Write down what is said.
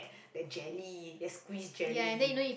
the jelly that squeeze jelly